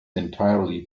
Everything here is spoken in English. entirely